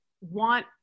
want